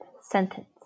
sentence